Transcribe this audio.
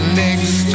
next